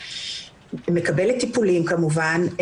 היא מקבלת טיפולים כמובן,